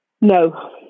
No